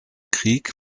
krieg